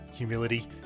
humility